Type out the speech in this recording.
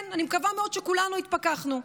כן, אני מקווה מאוד שכולנו התפכחנו.